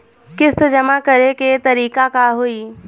किस्त जमा करे के तारीख का होई?